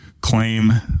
claim